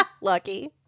Lucky